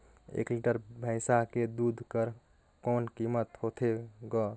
एक लीटर भैंसा के दूध कर कौन कीमत होथे ग?